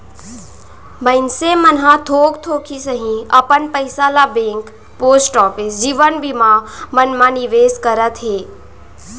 मनसे मन ह थोक थोक ही सही अपन पइसा ल बेंक, पोस्ट ऑफिस, जीवन बीमा मन म निवेस करत हे